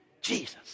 Jesus